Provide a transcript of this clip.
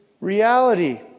reality